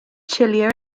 chillier